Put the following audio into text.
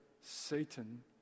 Satan